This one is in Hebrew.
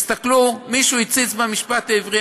מישהו הציץ במשפט העברי,